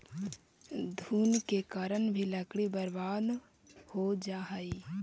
घुन के कारण भी लकड़ी बर्बाद हो जा हइ